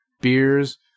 beers